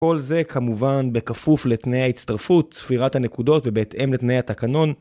כל זה כמובן בכפוף לתנאי ההצטרפות, ספירת הנקודות ובהתאם לתנאי התקנון.